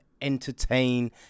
entertain